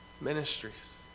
ministries